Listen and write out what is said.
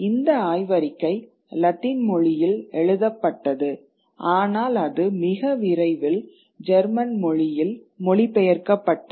இந்த ஆய்வறிக்கை லத்தீன் மொழியில் எழுதப்பட்டது ஆனால் அது மிக விரைவில் ஜெர்மன் மொழியில் மொழிபெயர்க்கப்பட்டது